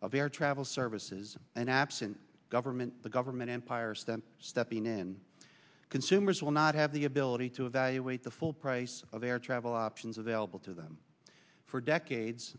of air travel services and absent government the government empires that stepping in consumers will not have the ability to evaluate the full price of their travel options available to them for decades